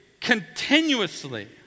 continuously